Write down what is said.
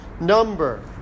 number